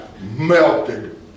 melted